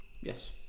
yes